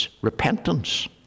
repentance